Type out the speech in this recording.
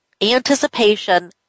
anticipation